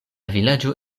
vilaĝo